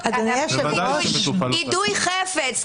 יידוי חפץ,